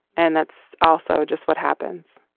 and that's also just what happens.